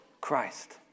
Christ